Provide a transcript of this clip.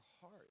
heart